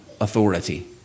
authority